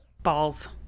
Balls